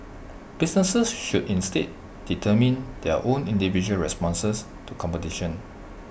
businesses should instead determine their own individual responses to competition